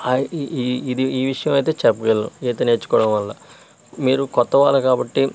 ఆ ఈ ఇది ఈ విషయమైతే చెప్పగలను ఈత నేర్చుకోడం వల్ల మీరు కొత్తవాళ్ళు కాబట్టి